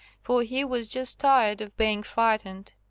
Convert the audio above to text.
for he was just tired of being frightened.